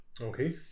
Okay